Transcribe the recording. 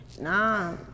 Nah